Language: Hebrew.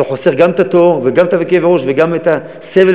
וחוסך גם את התור וגם את כאב הראש וגם את הסבל